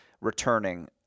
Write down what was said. returning